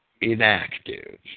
inactive